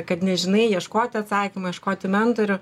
kad nežinai ieškoti atsakymų ieškoti mentorių